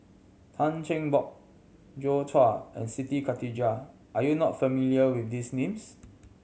Tan Cheng Bock Joi Chua and Siti Khalijah are you not familiar with these names